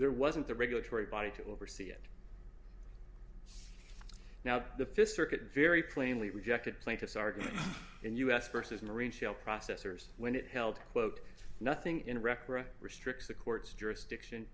there wasn't the regulatory body to oversee it now the fifth circuit very plainly rejected plaintiff's argument in u s versus marine shell processors when it held quote nothing in a record restricts the court's jurisdiction